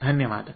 ಧನ್ಯವಾದಗಳು